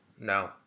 no